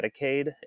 Medicaid